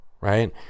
right